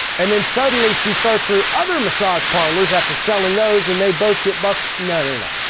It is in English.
and then suddenly she starts her other massage parlors after selling those and they both get bus. no, no, no,